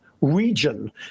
region